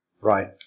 Right